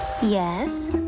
Yes